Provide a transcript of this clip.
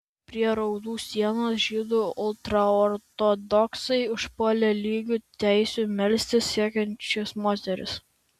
prie raudų sienos žydų ultraortodoksai užpuolė lygių teisių melstis siekiančias moteris